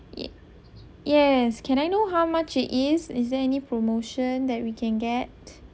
yup yes can I know how much it is is there any promotion that we can get